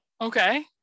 Okay